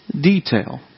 detail